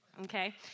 Okay